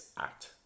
act